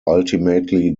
ultimately